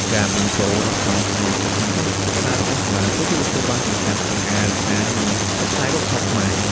ការបញ្ចូលល្ខោនស្រមោលទៅក្នុងកម្មវិធីសិក្សារបស់សាលា គឺជាមធ្យោបាយសំខាន់ក្នុងការរក្សា និងផ្សព្វផ្សាយវប្បធម៌ខ្មែរ។